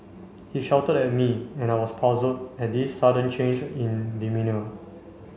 he shouted at me and I was puzzled at this sudden change in demeanour